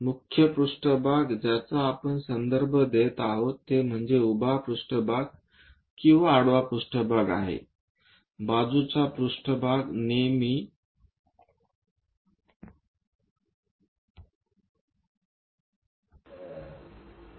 मुख्य पृष्ठभाग ज्याचा आपण संदर्भ देत आहोत ते म्हणजे उभा पृष्ठभाग आणि आडवा पृष्ठभाग आहे